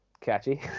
catchy